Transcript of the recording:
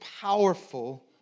powerful